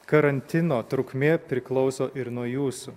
karantino trukmė priklauso ir nuo jūsų